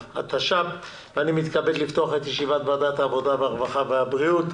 אני פותח את ישיבת ועדת העבודה, הרווחה והבריאות.